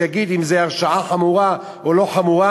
שיגיד אם זו הרשעה חמורה או לא חמורה,